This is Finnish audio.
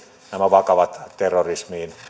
vakavaan terrorismiin